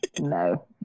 No